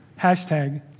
Hashtag